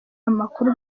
amakuru